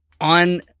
on